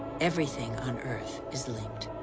everything on earth is linked,